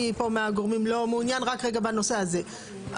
מי פה מהגורמים לא מעוניין בנושא הזה,